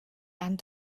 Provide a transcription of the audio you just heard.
and